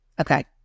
Okay